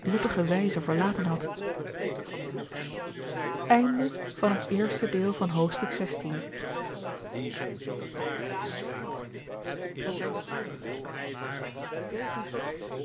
wijze verlaten had